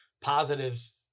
positive